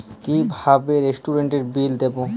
কিভাবে রেস্টুরেন্টের বিল দেবো?